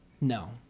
No